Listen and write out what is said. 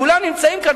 כולם נמצאים כאן,